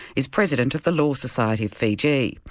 is president of the law society of fiji,